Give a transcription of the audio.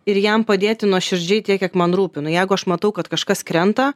ir jam padėti nuoširdžiai tiek kiek man rūpi nu jeigu aš matau kad kažkas krenta